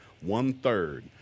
One-third